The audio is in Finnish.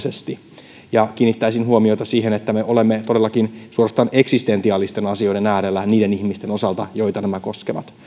suojelun tarpeensa arvioitua asianmukaisesti kiinnittäisin huomiota siihen että me olemme todellakin suorastaan eksistentiaalisten asioiden äärellä niiden ihmisten osalta joita nämä koskevat